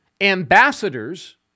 ambassadors